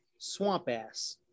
Swampass